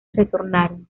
retornaron